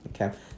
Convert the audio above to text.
Okay